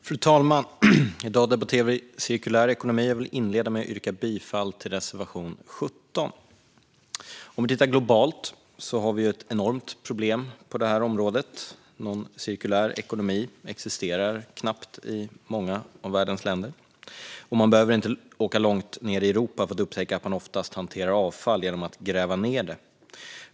Fru talman! I dag debatterar vi cirkulär ekonomi. Jag vill inleda med att yrka bifall till reservation 17. Om vi tittar globalt har vi ett enormt problem på detta område. Någon cirkulär ekonomi existerar knappt i många av världens länder. Vi behöver inte åka långt ned i Europa för att upptäcka att man oftast hanterar avfall genom att gräva ned det.